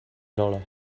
dollar